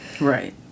Right